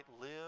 live